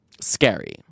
scary